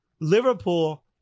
Liverpool